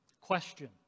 Question